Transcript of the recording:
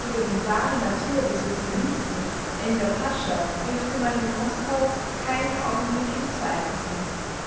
über die wahre natur des sozialisten enver-pascha dürfte man in moskau keinen augenblick im zweifel sein